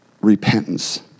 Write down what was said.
repentance